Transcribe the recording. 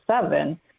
seven